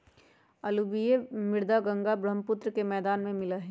alluvial मृदा गंगा बर्ह्म्पुत्र के मैदान में मिला हई